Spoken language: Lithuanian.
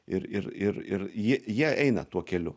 ir ir ir ir ji jie eina tuo keliu